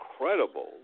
incredible